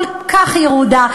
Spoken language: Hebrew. כל כך ירודה,